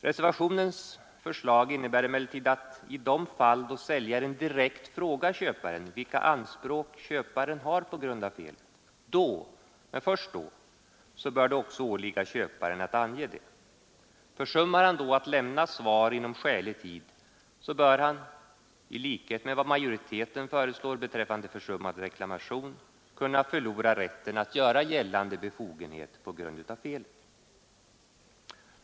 Reservationens förslag innebär emellertid att i de fall då säljaren direkt frågar köparen vilka anspråk köparen har på grund av felet, då — men först då — bör det också åligga köparen att ange det. Försummar han då att lämna svar inom skälig tid bör han i likhet med vad majoriteten föreslår beträffande försummad reklamation kunna förlora rätten att göra gällande befogenhet på grund av felet.